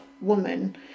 woman